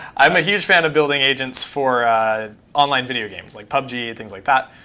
i'm a huge fan of building agents for online video games like pubg, things like that.